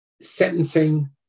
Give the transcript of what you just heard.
sentencing